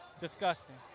disgusting